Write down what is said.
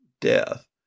death